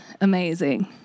amazing